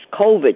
COVID